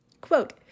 Quote